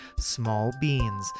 smallbeans